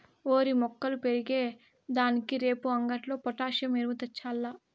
ఓరి మొక్కలు పెరిగే దానికి రేపు అంగట్లో పొటాసియం ఎరువు తెచ్చాల్ల